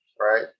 right